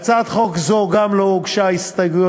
גם להצעת חוק זו לא הוגשה הסתייגות.